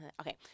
okay